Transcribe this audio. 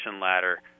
ladder